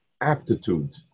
aptitude